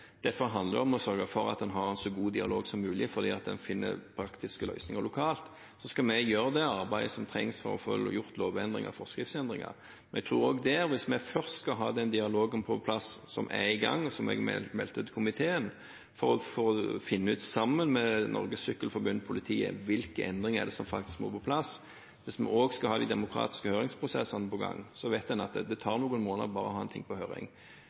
Derfor handler det om å sørge for å ha en så god dialog som mulig for å finne praktiske løsninger lokalt. Så skal vi gjøre det arbeidet som trengs for å få gjennomført lovendringer og forskriftsendringer. Jeg tror også at hvis vi først skal ha den dialogen på plass, som er i gang, og som jeg meldte til komiteen, for å finne ut – sammen med Norges Cykleforbund og politiet – hvilke endringer som faktisk må på plass, og hvis vi også skal ha de demokratiske høringsprosessene, så vet vi at det tar noen måneder bare å ha noe på høring.